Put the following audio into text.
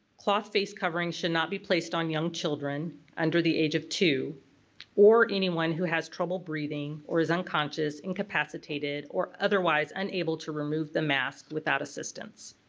cloth face coverings should not be placed on young children under the age of two or anyone who has trouble breathing, is unconscious, incapacitated, or otherwise unable to remove the mask without assistance.